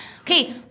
Okay